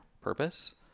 purpose